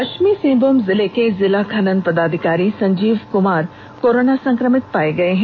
पश्चिमी सिंहमूम जिले के जिला खनन पदाधिकारी संजीव कुमार कोरोना संक्रमित पाये गये हैं